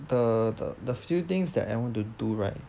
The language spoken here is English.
err the the few things that I want to do right